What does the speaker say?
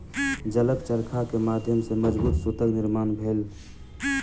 जलक चरखा के माध्यम सॅ मजबूत सूतक निर्माण भेल